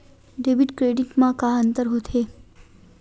Debit credit मा का अंतर होत हे?